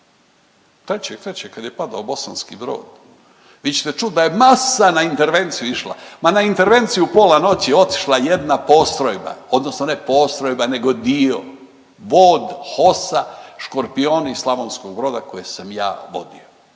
dobivao. 3.3. kada je padao Bosanski Brod vi ćete čuti da je masa na intervenciju išla. Ma na intervenciju u pola noći je otišla jedna postrojba, odnosno ne postrojba nego dio, vod HOS-a Škorpioni iz Slavonskog Broda koje sam ja vodio.